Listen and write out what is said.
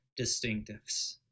distinctives